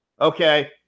Okay